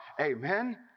Amen